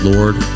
Lord